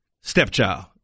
stepchild